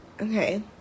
okay